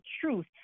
truth